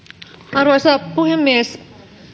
arvoisa puhemies